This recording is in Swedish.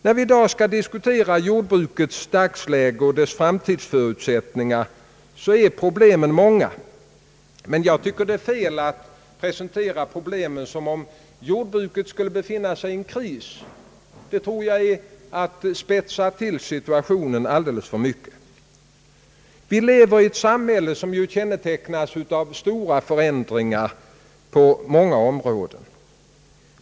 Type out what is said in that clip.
När vi nu skall diskutera jordbrukets dagsläge och dess framtidsförutsättningar är frågorna många. Jag tycker dock det är fel att presentera problemen så, som om jordbruket skulle befinna sig i en kris. Det tror jag är att spetsa till situationen alldeles för mycket. Vi lever i ett samhälle, som kännetecknas av stora förändringar på många områden.